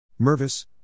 Mervis